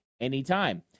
anytime